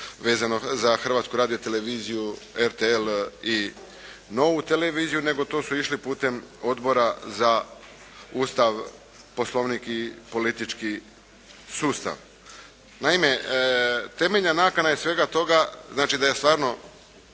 vezano za Hrvatsku radioteleviziju, RTL i Nova Televiziju. Nego to su išli putem Odbora za Ustav, poslovnik i politički sustav. Naime, temeljna nakana je svega toga znači da je stvarno